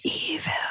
evil